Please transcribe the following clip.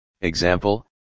Example